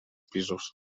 pisos